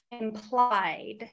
implied